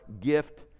gift